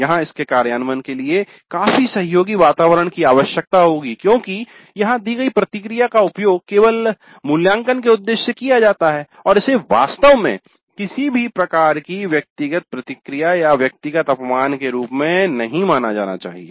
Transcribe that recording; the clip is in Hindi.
यहाँ इसके कार्यान्वयन के लिए काफी सहयोगी वातावरण की आवश्यकता होगी क्योंकि यहाँ दी गई प्रतिक्रिया का उपयोग केवल मूल्यांकन के उद्देश्य से किया जाता है और इसे वास्तव में किसी भी प्रकार की व्यक्तिगत प्रतिक्रिया या व्यक्तिगत अपमान के रूप में नहीं माना जाना चाहिए